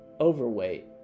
overweight